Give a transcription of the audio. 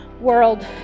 world